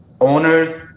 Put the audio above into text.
owners